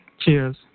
Cheers